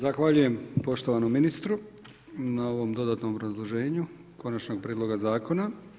Zahvaljujem poštovanom ministru na ovom dodatnom obrazloženju ovog Konačnog prijedloga zakona.